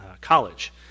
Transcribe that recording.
college